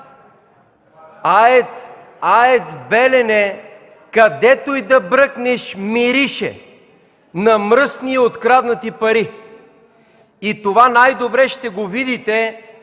АЕЦ „Белене”, където и да бръкнеш, мирише на мръсни и откраднати пари. И това най-добре ще го видите